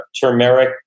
turmeric